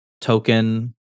token